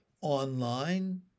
online